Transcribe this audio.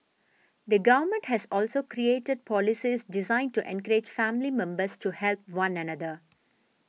the government has also created policies designed to encourage family members to help one another